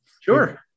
Sure